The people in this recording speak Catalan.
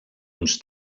uns